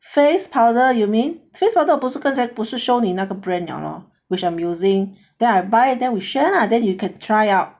face powder you mean face powder 不是刚才不是 show 你那个 brand liao lor which I'm using then I buy then we share lah then you can try out